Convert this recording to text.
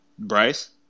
Bryce